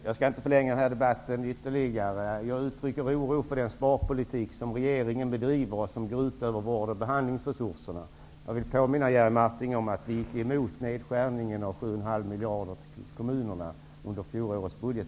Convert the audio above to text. Herr talman! Jag skall inte förlänga debatten ytterligare, men jag uttrycker oro för den sparpolitik som regeringen bedriver och som går ut över vård och behandlingsresurser. Jag vill påminna Jerry Martinger om att